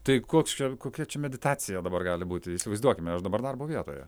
tai koks čia kokia čia meditacija dabar gali būti įsivaizduokime aš dabar darbo vietoje